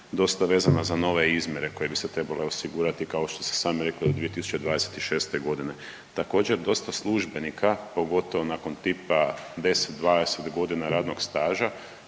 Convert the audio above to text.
dosta vezana za nove izmjere koje bi se trebale osigurati, kao što ste sami rekli od 2026.g., također dosta službenika, pogotovo nakon tipa 10, 20 godina radnog staža